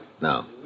Now